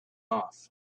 off